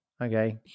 Okay